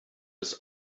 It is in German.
des